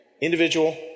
individual